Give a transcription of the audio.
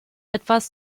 etwas